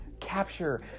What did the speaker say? capture